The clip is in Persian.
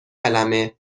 کلمه